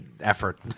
effort